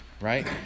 right